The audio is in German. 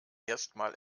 erstmal